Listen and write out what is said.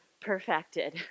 perfected